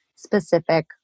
specific